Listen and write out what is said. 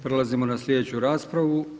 Prelazimo na slijedeću raspravu.